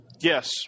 Yes